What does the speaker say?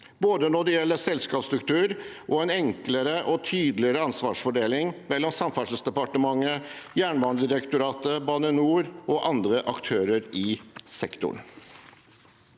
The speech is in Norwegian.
når det gjelder både selskapsstruktur og en enklere og tydeligere ansvarsfordeling mellom Samferdselsdepartementet, Jernbanedirektoratet, Bane NOR og andre aktører i sektoren.